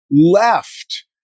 left